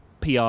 PR